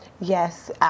Yes